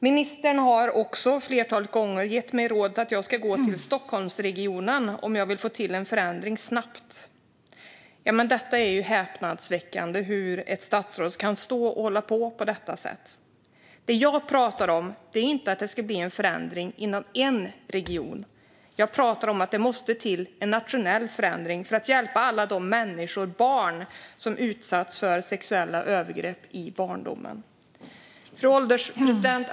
Ministern har också ett flertal gånger gett mig rådet att jag ska gå till Region Stockholm om jag vill få till en förändring snabbt. Det är häpnadsväckande hur ett statsråd kan stå och säga så. Det jag pratar om är inte att det ska bli en förändring inom en region, utan jag pratar om att det måste till en nationell förändring för att hjälpa alla de människor - barn - som har utsatts för sexuella övergrepp i barndomen. Fru ålderspresident!